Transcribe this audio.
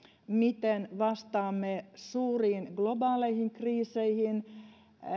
miten vastaamme suuriin globaaleihin kriiseihin